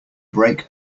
brake